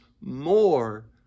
more